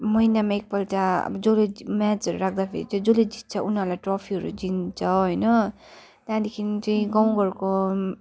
महिनामा एकपल्ट अब जसले म्याचहरू राख्दाखेरि चाहिँ जसले जित्छ उनीहरूलाई ट्रफीहरू दिन्छ होइन त्यहाँदेखि चाहिँ गाउँघरको